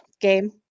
game